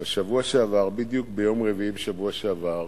בשבוע שעבר, בדיוק ביום רביעי בשבוע שעבר,